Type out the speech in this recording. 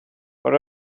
what